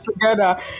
together